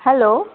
hello